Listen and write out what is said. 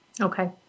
Okay